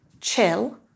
chill